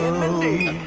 and mindy